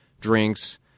drinks